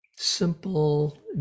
...simple